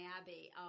Abbey